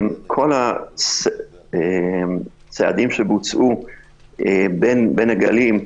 כל הצעדים שבוצעו בין הגלים,